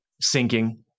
sinking